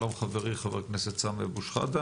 שלום חברי ח"כ סמי אבו שחאדה.